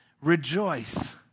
Rejoice